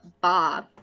Bob